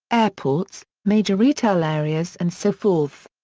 airports, major retail areas and so forth.